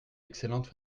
excellente